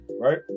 right